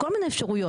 כל מיני אפשרויות.